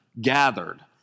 gathered